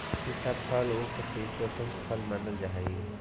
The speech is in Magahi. सीताफल उपशीतोष्ण फल मानल जा हाई